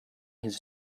his